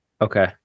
Okay